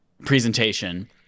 presentation